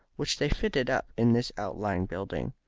which they fitted up in this outlying building.